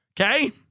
Okay